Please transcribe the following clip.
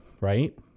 right